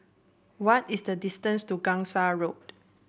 what is the distance to Gangsa Road